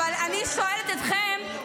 אבל אני שואלת אתכם,